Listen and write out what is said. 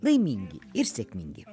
laimingi ir sėkmingi